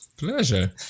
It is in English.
Pleasure